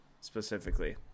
specifically